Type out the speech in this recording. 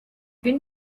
been